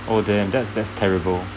oh damn that's that's terrible